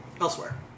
elsewhere